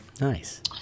nice